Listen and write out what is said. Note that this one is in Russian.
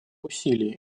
усилий